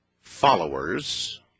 followers